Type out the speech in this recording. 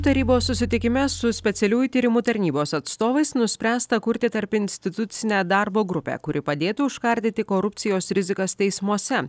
tarybos susitikime su specialiųjų tyrimų tarnybos atstovais nuspręsta kurti tarpinstitucinę darbo grupę kuri padėtų užkardyti korupcijos rizikas teismuose